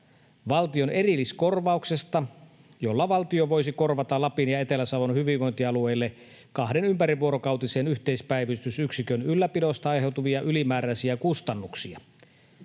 valtion erilliskorvauksesta, jolla valtio voisi korvata Lapin ja Etelä-Savon hyvinvointialueille kahden ympärivuorokautisen yhteispäivystysyksikön ylläpidosta aiheutuvia ylimääräisiä kustannuksia.